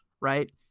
right